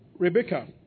Rebecca